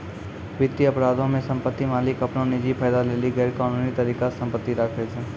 वित्तीय अपराधो मे सम्पति मालिक अपनो निजी फायदा लेली गैरकानूनी तरिका से सम्पति राखै छै